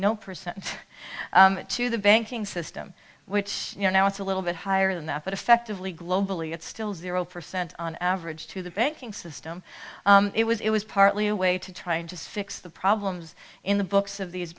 no percent to the banking system which you know now it's a little bit higher than that but effectively globally it's still zero percent on average to the banking system it was it was partly a way to trying to fix the problems in the books of these